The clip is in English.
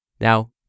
Now